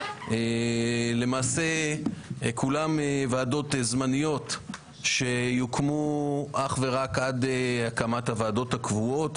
למעשה כולן ועדות זמניות שיוקמו אך ורק עד הקמת הוועדות הקבועות,